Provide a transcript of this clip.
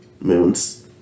Moon's